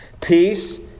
Peace